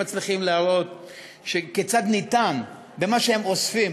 מצליחים להראות כיצד אפשר במה שהם אוספים,